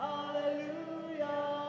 Hallelujah